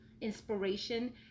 inspiration